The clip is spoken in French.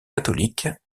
catholiques